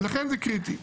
ולכן זה קריטי.